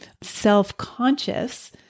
self-conscious